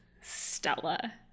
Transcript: Stella